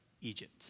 Egypt